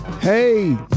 hey